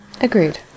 Agreed